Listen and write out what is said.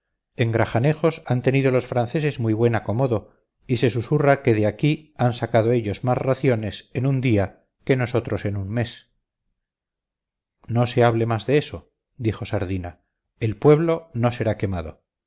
en grajanejos han tenido los franceses muy buen acomodo y se susurra que de aquí han sacado ellos más raciones en un día que nosotros en un mes no se hable más de eso dijo sardina el pueblo no será quemado